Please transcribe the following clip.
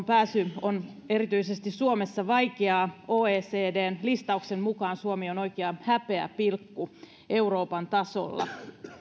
pääsy on erityisesti suomessa vaikeaa oecdn listauksen mukaan suomi on oikea häpeäpilkku euroopan tasolla